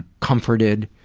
comforted.